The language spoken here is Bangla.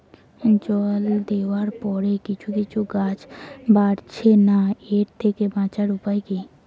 জল দেওয়ার পরে কিছু কিছু গাছ বাড়ছে না এর থেকে বাঁচার উপাদান কী?